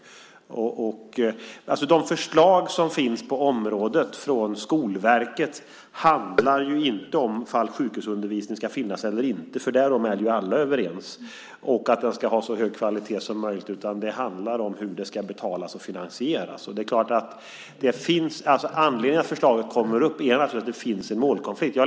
De förslag som finns på området från Skolverket handlar inte om ifall sjukhusundervisning ska finnas eller inte och att den ska ha så hög kvalitet som möjligt, för därom är vi alla överens, utan det handlar om hur den ska betalas och finansieras. Anledningen till att förslaget kommer upp är naturligtvis att det finns en målkonflikt.